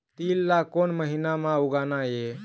तील ला कोन महीना म उगाना ये?